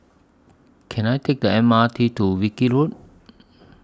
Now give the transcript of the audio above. Can I Take The M R T to Wilkie Road